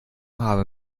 habe